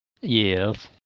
Yes